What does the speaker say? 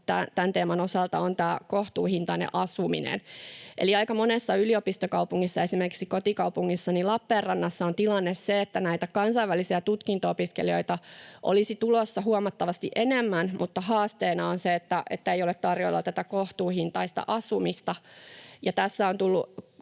tämän teeman osalta, on kohtuuhintainen asuminen. Eli aika monessa yliopistokaupungissa, esimerkiksi kotikaupungissani Lappeenrannassa, on tilanne se, että näitä kansainvälisiä tutkinto-opiskelijoita olisi tulossa huomattavasti enemmän, mutta haasteena on se, että ei ole tarjolla kohtuuhintaista asumista.